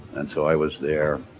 and so i was there